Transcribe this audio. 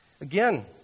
Again